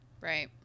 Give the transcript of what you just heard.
Right